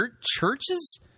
Churches